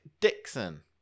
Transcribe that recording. Dixon